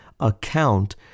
account